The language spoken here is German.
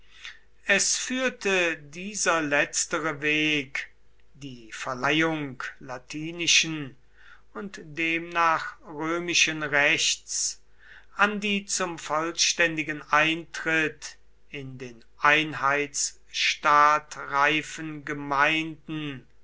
es führte dieser letztere weg die verleihung latinischen und demnach römischen rechts an die zum vollständigen eintritt in den einheitsstaat reifen gemeinden